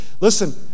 Listen